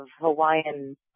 Hawaiian